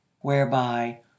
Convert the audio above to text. whereby